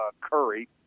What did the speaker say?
Curry